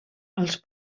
els